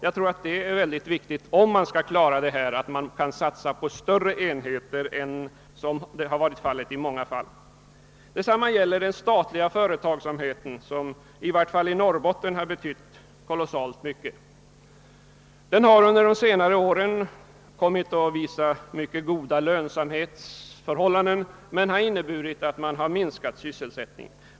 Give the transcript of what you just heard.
Jag tror det är viktigt att kunna satsa på större enheter än man hittills i många fall haft möjlighet att göra. Detsamma gäller den statliga företagsamheten, som i vart fall i Norrbotten har betytt synnerligen mycket. Den har under senare år kommit att visa mycket god lönsamhet, men detta har inneburit att antalet sysselsättningstillfällen minskats.